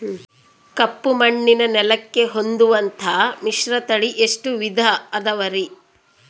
ಕಪ್ಪುಮಣ್ಣಿನ ನೆಲಕ್ಕೆ ಹೊಂದುವಂಥ ಮಿಶ್ರತಳಿ ಎಷ್ಟು ವಿಧ ಅದವರಿ?